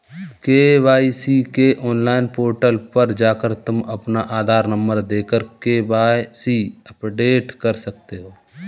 KYC के online portal पर जाकर तुम अपना आधार नंबर देकर के.वाय.सी अपडेट कर सकते हो